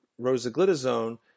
rosiglitazone